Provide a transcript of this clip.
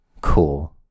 Cool